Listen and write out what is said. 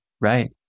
Right